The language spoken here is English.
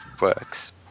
works